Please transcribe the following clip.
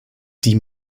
die